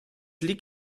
lieg